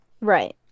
right